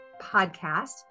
podcast